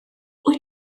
wyt